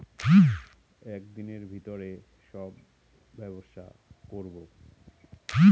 এক দিনের ভিতরে সব ব্যবসা করবো